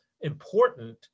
important